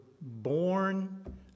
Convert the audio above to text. born